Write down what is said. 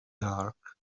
dark